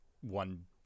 one